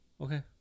okay